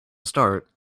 start